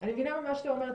אני מבינה מה שאתה אומר,